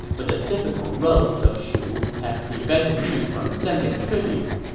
but the difficult roads of shu have prevented me from sending tribute.